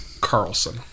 Carlson